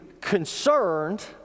concerned